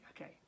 Okay